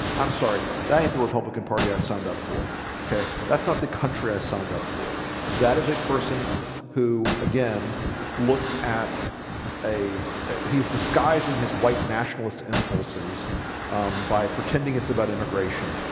i'm sorry and i think the republican party i signed up for okay, that's not the country i signed up for that is a person who again looks at a he's disguising his white nationalist impulses by pretending it's about immigration.